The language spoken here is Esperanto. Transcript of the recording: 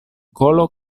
kolo